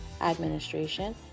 administration